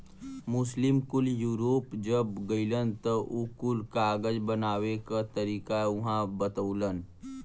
मुस्लिम कुल यूरोप जब गइलन त उ कुल कागज बनावे क तरीका उहाँ बतवलन